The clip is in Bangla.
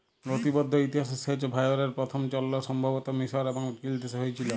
লতিবদ্ধ ইতিহাসে সেঁচ ভাঁয়রের পথম চলল সম্ভবত মিসর এবং চিলদেশে হঁয়েছিল